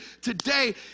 today